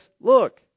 look